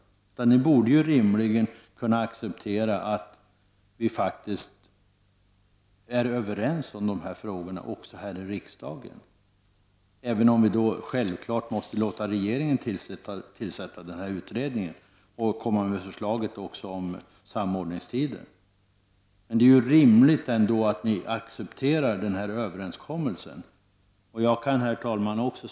Ni borde rimligen kunna acceptera att vi faktiskt är överens om dessa frågor, också här i riksdagen, även om vi självfallet måste låta regeringen tillsätta den här utredningen och komma med förslag om samordningstiden. Det är ju rimligt att ni accepterar den här överenskommelsen. Herr talman!